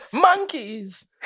Monkeys